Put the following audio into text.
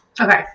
Okay